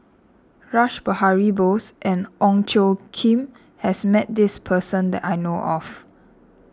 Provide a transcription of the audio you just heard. Rash Behari Bose and Ong Tjoe Kim has met this person that I know of